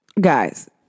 guys